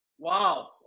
Wow